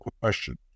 question